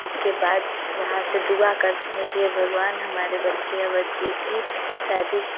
उसके बाद वहाँ से दुआ करते हैं कि हे भगवान हमारे बच्चे या बच्ची की शादी